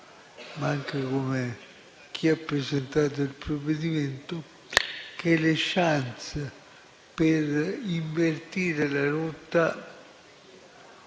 ma anche come chi ha presentato il provvedimento, che le *chance* per invertire la rotta